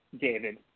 David